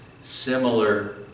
similar